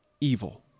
evil